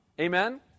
Amen